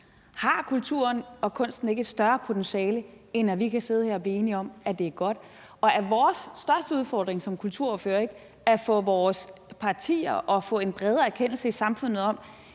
Har kulturen og kunsten ikke et større potentiale, end at vi kan sidde her og blive enige om, at det er godt? Og er vores største udfordring som kulturordførere ikke at få en bredere erkendelse i vores